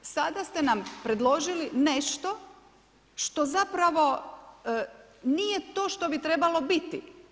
Sada ste nam predložili nešto, što zapravo nije to što bi trebalo biti.